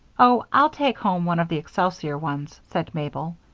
oh, i'll take home one of the excelsior ones, said mabel.